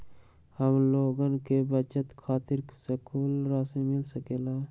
हमलोगन के बचवन खातीर सकलू ऋण मिल सकेला?